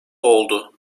oldu